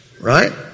Right